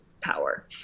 power